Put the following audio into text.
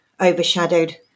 overshadowed